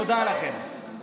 תודה לכם.